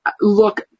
look